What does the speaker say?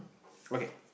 okay